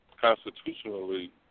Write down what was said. Constitutionally